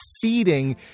feeding